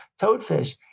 toadfish